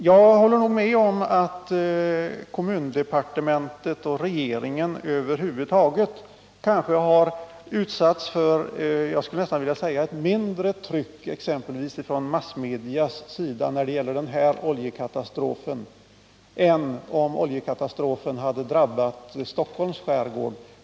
Jag håller med om att kommundepartementet och regeringen har utsatts för ett mindre tryck från massmedia när det gäller den här oljekatastrofen än vad som skulle ha blivit fallet om den hade drabbat Stockholms skärgård.